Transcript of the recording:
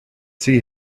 see